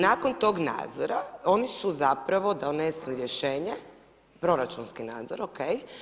Nakon tog nadzora, oni su zapravo donijeli rješenje, proračunski nadzor, OK.